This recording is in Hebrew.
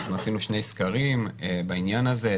אנחנו עשינו שני סקרים בעניין הזה,